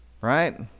right